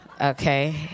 Okay